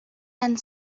end